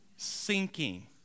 Sinking